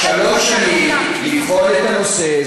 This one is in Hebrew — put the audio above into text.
שלוש שנים לבחון את הנושא,